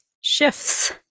shifts